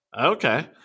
Okay